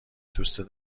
دوستت